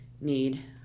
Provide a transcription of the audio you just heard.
need